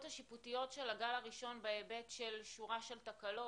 השיפוטיות של הגל הראשון בהיבט של שורה של תקלות.